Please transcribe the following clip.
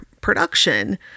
production